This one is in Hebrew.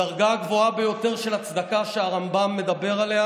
הדרגה הגבוהה ביותר של הצדקה שהרמב"ם מדבר עליה